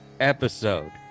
episode